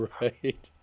Right